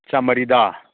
ꯆꯃꯔꯤꯗ